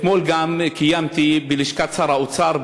אתמול גם קיימתי בלשכת שר האוצר,